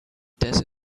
desert